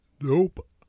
Nope